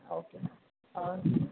okay ma'am okay